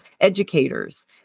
educators